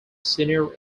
senior